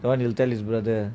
the one he'll tell his brother